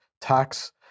tax